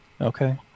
Okay